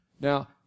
Now